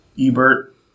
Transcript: Ebert